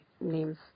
names